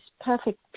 perfect